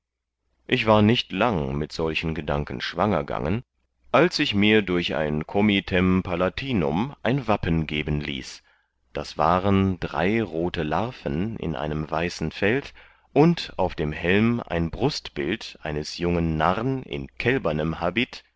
ich war nicht lang mit solchen gedanken schwanger gangen als ich mir durch einen comitem palatinum ein wappen geben ließ das waren drei rote larven in einem weißen feld und auf dem helm ein brustbild eines jungen narrn in kälbernem habit